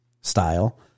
style